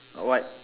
what